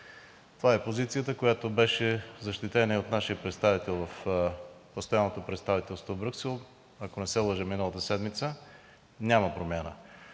Това е позицията, която беше защитена и от нашия представител в Постоянното представителство в Брюксел, ако не се лъжа, миналата седмица. Няма промяна!